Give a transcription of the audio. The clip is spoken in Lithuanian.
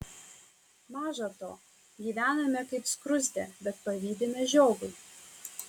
maža to gyvename kaip skruzdė bet pavydime žiogui